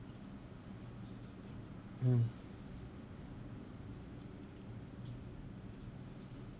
hmm